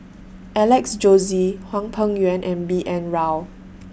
Alex Josey Hwang Peng Yuan and B N Rao